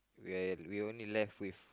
when we only left with